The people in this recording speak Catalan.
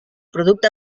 producte